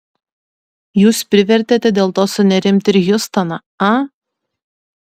jūs privertėte dėl to sunerimti ir hjustoną a